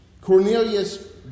Cornelius